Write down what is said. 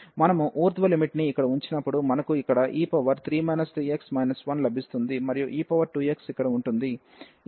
మనము ఊర్ధ్వ లిమిట్ ని ఇక్కడ ఉంచినప్పుడు మనకు ఇక్కడ e3 3x 1 లభిస్తుంది మరియు e2x ఇక్కడ ఉంటుంది